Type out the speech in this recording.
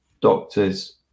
doctors